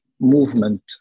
movement